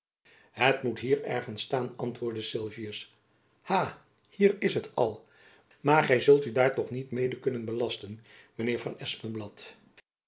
het moet hier ergens staan antwoordde sylvius ha hier is het al maar gy zult u daar toch niet mede kunnen belasten mijn heer van